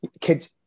kids